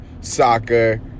soccer